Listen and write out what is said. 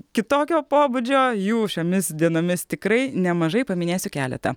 kitokio pobūdžio jų šiomis dienomis tikrai nemažai paminėsiu keletą